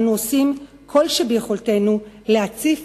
ואנו עושים כל שביכולתנו להציף,